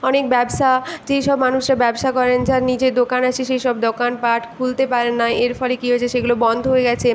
অনেক ব্যবসা যেসব মানুষরা ব্যবসা করেন যার নিজের দোকান আছে সেই সব দোকানপাট খুলতে পারেন না এর ফলে কী হয়েছে সেগুলো বন্ধ হয়ে গিয়েছে